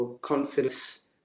Confidence